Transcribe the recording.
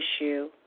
issue